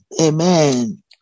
Amen